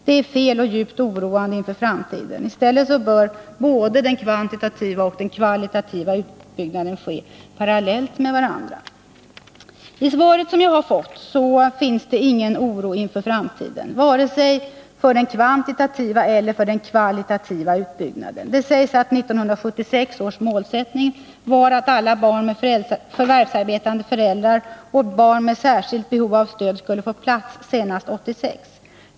Det är fel och djupt oroande inför framtiden. I stället bör den kvantitativa och den kvalitativa utbyggnaden ske parallellt. I svaret som jag fått uttalas ingen oro inför framtiden — vare sig för den kvantitativa eller för den kvalitativa utbyggnaden. Det sägs att 1976 års målsättning var att alla barn med förvärvsarbetande föräldrar och barn med särskilt behov av stöd skulle få plats senast 1986.